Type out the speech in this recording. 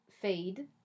Fade